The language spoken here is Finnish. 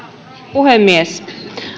puhemies